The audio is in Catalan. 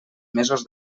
mesos